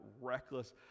reckless